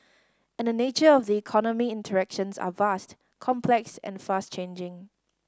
and the nature of the economy interactions are vast complex and fast changing